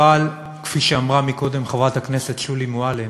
אבל כפי שאמרה קודם חברת הכנסת שולי מועלם,